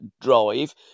drive